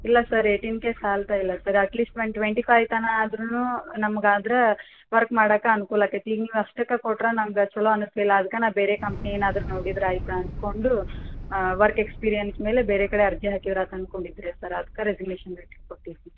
ಇಲ್ಲ sir eighteen K ಸಾಲ್ತಾ ಇಲ್ಲ ಸರ್ ಅಟ್ಲಿಸ್ಟ್ ಒಂದು ಟ್ವೆಂಟಿ ಫೈವ್ ತನಕ ಆದರೂನು ನಮ್ಗ ಆದ್ರ ವರ್ಕ್ ಮಾಡಕ ಅನ್ಕೂಲ ಆಕೈತಿ ಈಗ ನೀವು ಅಷ್ಟಕ್ಕ ಕೊಟ್ರ ನನ್ಗೆ ಚಲೋ ಅನಸಲಿಲ್ಲ ಅದ್ಕ ನಾ ಬೇರೆ ಕಂಪ್ನಿ ಏನಾದ್ರ ನೋಡಿದ್ರ ಆಯ್ತ ಅನ್ಕೊಂಡು ವರ್ಕ್ ಎಕ್ಸ್ಪೀರಿಯನ್ಸ್ ಮೇಲೆ ಬೇರೆ ಕಡೆ ಅರ್ಜಿ ಹಾಕಿರೆ ಆತು ಅನ್ಕೊಂಡ ಇದ್ವಿ ಸರ್ ಅದ್ಕ ರೆಸಿಗ್ನೇಷನ್ ಲೆಟ್ರ್ ಕೊಟ್ಟಿವಿ ರೀ